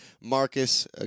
Marcus